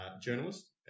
journalist